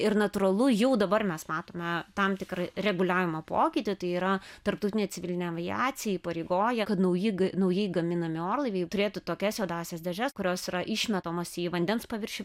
ir natūralu jau dabar mes matome tam tikrą reguliavimo pokytį tai yra tarptautinė civilinė aviacija įpareigoja kad nauji naujai gaminami orlaiviai turėtų tokias juodąsias dėžes kurios yra išmetamos į vandens paviršių